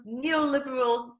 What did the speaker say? neoliberal